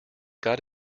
got